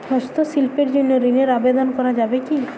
হস্তশিল্পের জন্য ঋনের আবেদন করা যাবে কি?